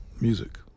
music